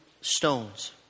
stones